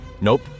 Nope